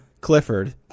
Clifford